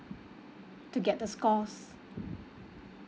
to get the scores